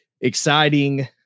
exciting